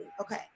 Okay